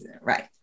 Right